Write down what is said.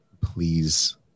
please